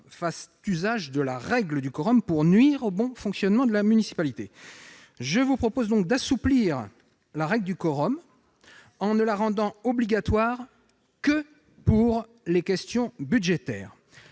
fassent usage de la règle du quorum pour nuire au bon fonctionnement de la municipalité. Je vous propose donc d'assouplir cette règle en ne la rendant obligatoire que pour les questions budgétaires.